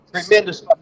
tremendous